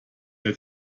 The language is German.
der